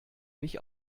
mich